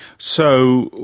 so,